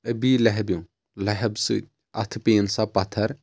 اَبی لہبِو لیٚہب سٕنٛد اتھہٕ پیٚیِن سا پتھر